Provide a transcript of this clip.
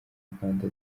rwanda